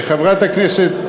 חברת הכנסת